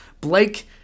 Blake